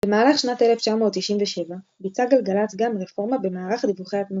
במהלך שנת 1997 ביצעה גלגלצ גם רפורמה במערך דיווחי התנועה.